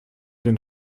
den